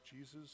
Jesus